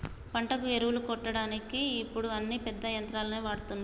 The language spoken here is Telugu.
పంటకు ఎరువులు కొట్టడానికి ఇప్పుడు అన్ని పెద్ద యంత్రాలనే వాడ్తాన్లు